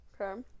Okay